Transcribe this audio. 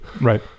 Right